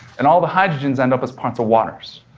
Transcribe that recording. and all the hydrogens end up as parts of waters,